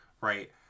right